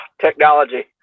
technology